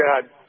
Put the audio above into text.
God